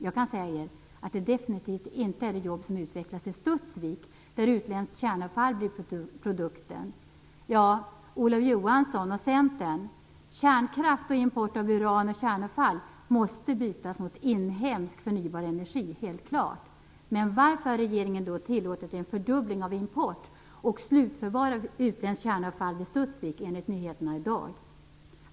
Jag kan säga er att det definitivt inte är de jobb som utvecklas i Studsvik där produkten blir utländskt kärnavfall. Kärnkraft och import av uran och kärnavfall måste bytas mot inhemsk förnybar energi, Olof Johansson och Centern. Det är helt klart. Varför har regeringen då tillåtit en fördubbling av import och slutförvar av utländskt kärnavfall vid Studsvik, enligt nyheterna i dag?